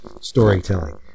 storytelling